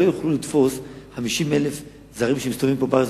לא יוכלו לתפוס 50,000 זרים שמסתובבים פה בארץ